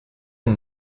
und